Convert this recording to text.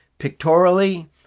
Pictorially